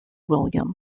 william